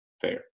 fair